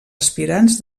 aspirants